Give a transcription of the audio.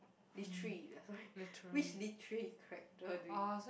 literary uh sorry which literary character do you